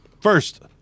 First